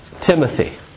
Timothy